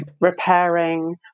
repairing